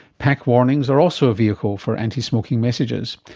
pack warnings are also a vehicle for anti-smoking messages.